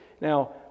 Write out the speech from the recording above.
Now